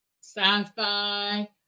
sci-fi